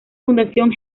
fundación